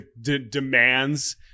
demands